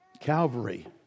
Calvary